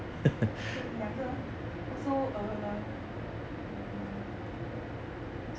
两个 also err hmm